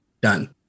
Done